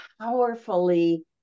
powerfully